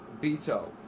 Beto